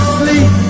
sleep